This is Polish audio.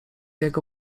jego